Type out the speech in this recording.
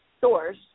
source